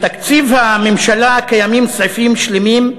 בתקציב הממשלה קיימים סעיפים שלמים,